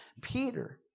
Peter